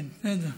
כן, בסדר.